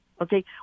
Okay